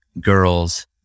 girls